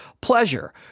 pleasure